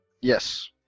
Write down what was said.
yes